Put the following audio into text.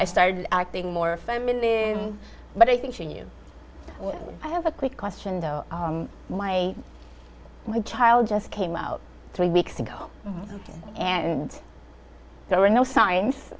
i started acting more feminine but i think she knew i have a quick question my child just came out three weeks ago and there were no signs